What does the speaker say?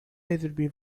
either